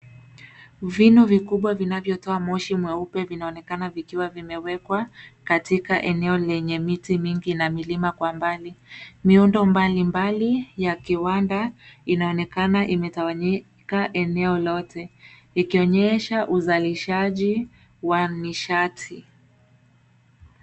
Vino vikubwa vinavyotoa moshi mweupe, vinaonekana vikiwa vimewekwa katika eneo lenye miti mingi na milima kwa mbali. Miundo mbalimbali ya kiwanda inaonekana imetawanyika eneo lote, ikionyesha uzalishaji wa nishati.